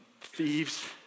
thieves